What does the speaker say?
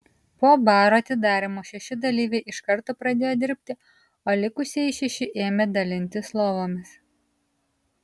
po baro atidarymo šeši dalyviai iš karto pradėjo dirbti o likusieji šeši ėmė dalintis lovomis